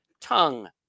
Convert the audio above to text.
tongue